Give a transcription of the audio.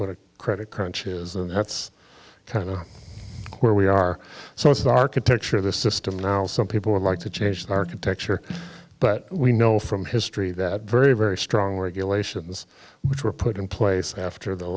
a credit crunch is and that's kind of where we are so it's architecture of the system now some people would like to change the architecture but we know from history that very very strong regulations which were put in place after the